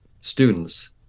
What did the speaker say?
students